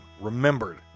remembered